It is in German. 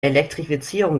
elektrifizierung